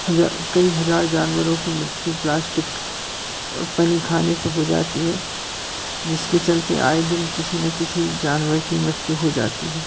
हजार कई हजार जानवरों की मृत्यु प्लास्टिक और पन्नी खाने से हो जाती है जिसके चलते आए दिन किसी ना किसी जानवर की मृत्यु हो जाती है